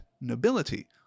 nobility